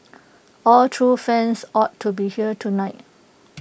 all true fans ought to be here tonight